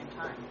time